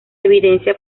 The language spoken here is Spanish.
evidencia